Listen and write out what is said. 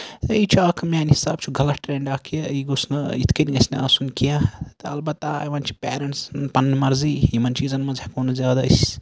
بیٚیہِ چھُ اکھ میانہِ حِسابہٕ چھُ غلط ٹرینڈ اکھ یہِ یہِ گوٚھ نہٕ یِتھ کٔنۍ گژھِ نہٕ آسُن کیٚنہہ تہٕ اَلبتہ وۄنۍ چھِ پیرینٹسن پَنٕنۍ مَرضی یِمن چیٖزَن منٛز ہٮ۪کو نہٕ زیادٕ أسۍ